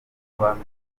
kuba